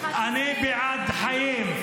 אני בעד חיים,